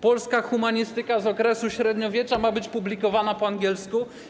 Polska humanistyka z okresu średniowiecza ma być publikowana po angielsku?